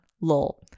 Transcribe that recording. lol